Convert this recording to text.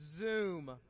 Zoom